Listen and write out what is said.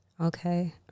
Okay